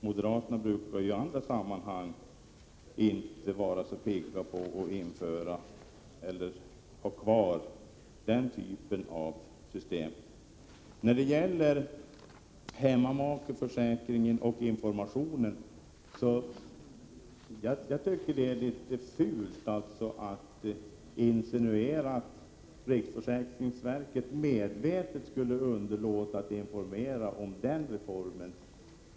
Moderaterna brukar i andra sammanhang inte vara så pigga på att införa eller behålla den typen av system. När det gäller hemmamakeförsäkringen och informationen tycker jag att det är litet fult att insinuera att riksförsäkringsverket medvetet skulle underlåta att informera om den reformen.